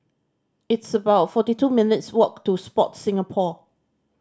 it's about fourty two minutes' walk to Sport Singapore